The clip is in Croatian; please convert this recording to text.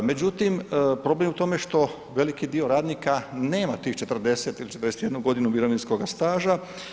Međutim, problem je u tome što veliki dio radnika nema tih 40 ili 41 godinu mirovinskoga staža.